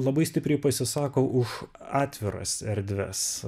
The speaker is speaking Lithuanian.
labai stipriai pasisako už atviras erdves